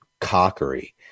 cockery